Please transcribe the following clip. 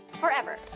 forever